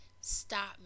stop